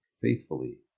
faithfully